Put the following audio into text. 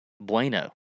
bueno